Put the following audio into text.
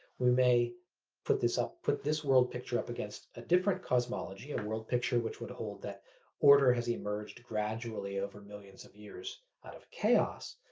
we may put this up, put this world picture up against a different cosmology, a world picture which would hold that order has emerged gradually over millions of years out of chaos,